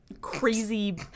crazy